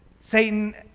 Satan